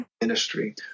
ministry